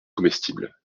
comestibles